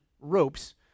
ropes